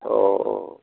अ'